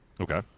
Okay